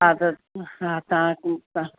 हा त हा तव्हां तव्हां